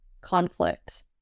conflict